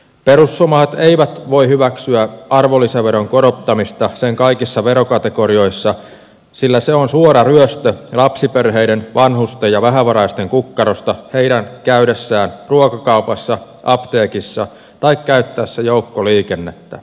perussuomalaiset eivät voi hyväksyä arvonlisäveron korottamista sen kaikissa verokategorioissa sillä se on suora ryöstö lapsiperheiden vanhusten ja vähävaraisten kukkarosta heidän käydessään ruokakaupassa apteekissa tai käyttäessään joukkoliikennettä